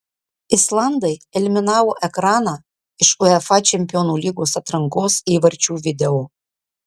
islandai eliminavo ekraną iš uefa čempionų lygos atrankos įvarčių video